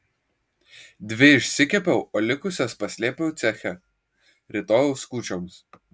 dvi išsikepiau o likusias paslėpiau ceche rytojaus kūčioms